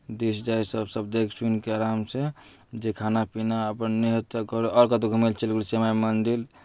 दिस दैट सभ सभ देखि सुनि कऽ आरामसँ जे खाना पीना अपन नहि भेल तऽ आओर कतहु घूमय लेल चलि गेलहुँ श्यामा माइ मन्दिर